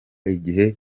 igihe